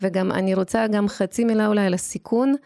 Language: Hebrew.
וגם אני רוצה גם חצי מלה אולי על הסיכון